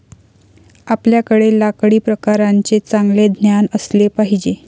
आपल्याकडे लाकडी प्रकारांचे चांगले ज्ञान असले पाहिजे